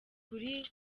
kuri